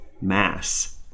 Mass